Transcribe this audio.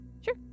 Sure